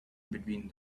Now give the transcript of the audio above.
between